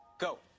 Go